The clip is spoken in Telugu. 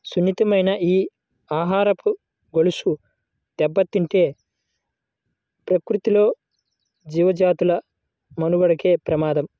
సున్నితమైన ఈ ఆహారపు గొలుసు దెబ్బతింటే ప్రకృతిలో జీవజాతుల మనుగడకే ప్రమాదం